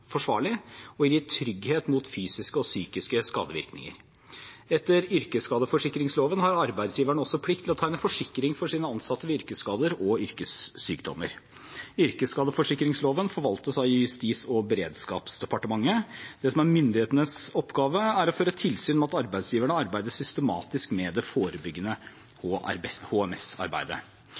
forsvarlig og gir trygghet mot fysiske og psykiske skadevirkninger. Etter yrkesskadeforsikringsloven har arbeidsgiverne også plikt til å tegne forsikring for sine ansatte mot yrkesskader og yrkessykdommer. Yrkesskadeforsikringsloven forvaltes av Justis- og beredskapsdepartementet. Det som er myndighetenes oppgave, er å føre tilsyn med at arbeidsgiverne arbeider systematisk med det forebyggende